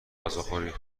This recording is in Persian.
غذاخوری